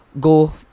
go